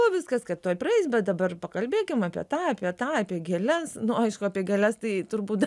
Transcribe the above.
o viskas kad tuoj praeis bet dabar pakalbėkim apie tą apie tą apie gėles nu aišku apie gėles tai turbūt